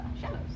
shadows